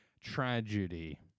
tragedy